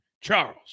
Charles